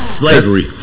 slavery